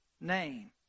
name